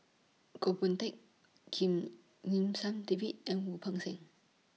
Goh Boon Teck Kim Lim San David and Wu Peng Seng